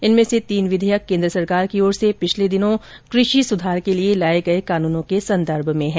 इनमें से तीन विधेयक केन्द्र सरकार की ओर से पिछले दिनों कृषि सुधार के लिये लाये गये कानूनों के संदर्भ में हैं